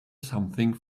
something